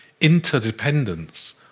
interdependence